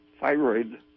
thyroid